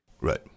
Right